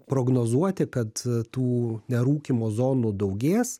prognozuoti kad tų nerūkymo zonų daugės